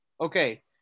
Okay